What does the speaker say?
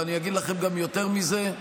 ואני אגיד לכם גם יותר מזה,